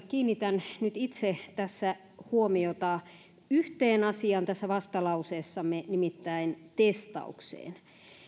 kiinnitän nyt itse huomiota yhteen asiaan tässä vastalauseessamme nimittäin testaukseen